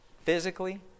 physically